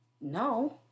no